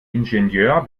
ingenieur